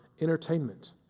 entertainment